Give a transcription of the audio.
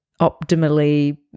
optimally